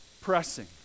pressing